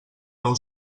nou